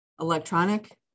electronic